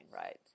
right